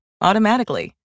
automatically